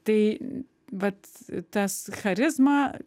tai vat tas charizma